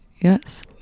yes